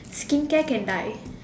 skincare can die